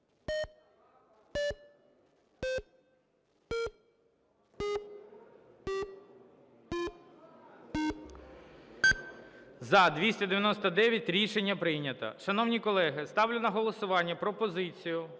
За-299 Рішення прийнято. Шановні колеги, ставлю на голосування пропозицію